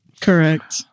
Correct